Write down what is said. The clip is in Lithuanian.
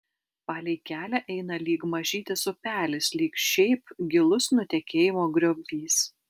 palei kelią eina lyg mažytis upelis lyg šiaip gilus nutekėjimo griovys